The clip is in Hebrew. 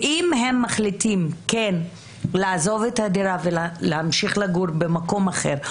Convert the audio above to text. ואם הם מחליטים לעזוב את הדירה ולגור במקום אחר,